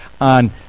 on